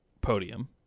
podium